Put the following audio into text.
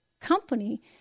company